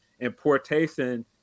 importation